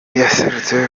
yaserutse